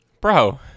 Bro